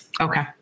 Okay